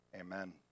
amen